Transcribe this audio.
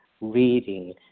reading